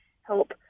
help